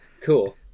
cool